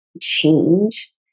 change